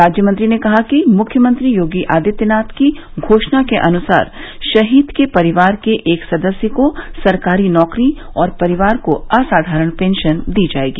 राज्य मंत्री ने कहा कि मुख्यमंत्री योगी आदित्यनाथ की घोषणा के अनुसार शहीद के परिवार के एक सदस्य को सरकारी नौकरी और परिवार को असाधारण पेंशन दी जाएगी